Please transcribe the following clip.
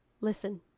listen